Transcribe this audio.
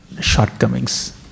shortcomings